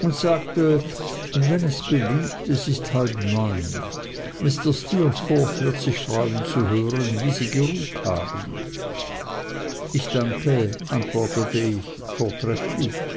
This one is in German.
und sagte wenn es beliebt es ist halb neun mr steerforth wird sich freuen zu hören wie sie geruht haben sir ich danke antwortete ich vortrefflich